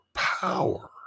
Power